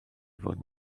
fod